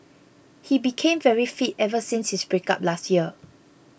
he became very fit ever since his breakup last year